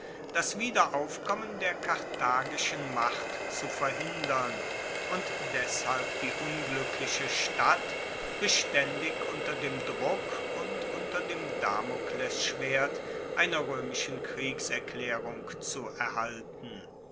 das wiederaufkommen der karthagischen macht zu verhindern und deshalb die unglueckliche stadt bestaendig unter dem druck und unter dem damoklesschwert einer roemischen kriegserklaerung zu erhalten